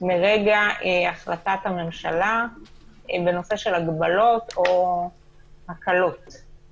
מרגע החלטת הממשלה בנושא של הגבלות או הקלות.